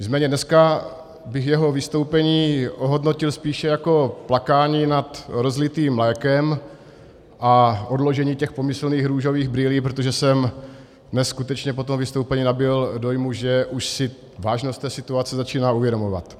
Nicméně dneska bych jeho vystoupení ohodnotil spíše jako plakání nad rozlitým mlékem a odložení těch pomyslných růžových brýlí, protože jsem neskutečně po tom vystoupení nabyl dojmu, že už si vážnost té situace začíná uvědomovat.